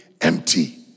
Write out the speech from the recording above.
empty